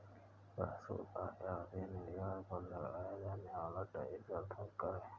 प्रशुल्क, आयात या निर्यात पर लगाया जाने वाला टैक्स अर्थात कर है